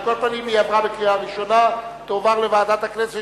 עברה בקריאה ראשונה ותועבר לוועדת הכספים